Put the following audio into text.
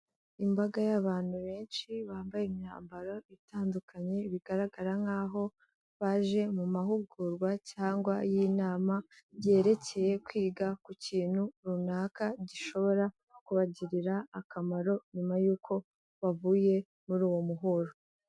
Imbaga y'abantu benshi bambaye imyambaro itandukanye, bigaragara nk'aho baje mu mahugurwa cyangwa y'inama, byerekeye kwiga ku kintu runaka gishobora kubagirira akamaro nyuma y'uko bavuye muri uwo muhuro.